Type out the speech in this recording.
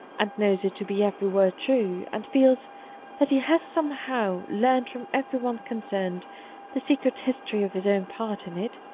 and knows it to be every word true, and feels that he has somehow learned from everyone concerned the secret history of his own part in it,